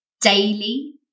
daily